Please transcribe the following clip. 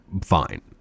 fine